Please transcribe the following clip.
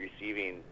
receiving